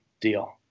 deal